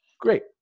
Great